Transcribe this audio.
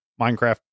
Minecraft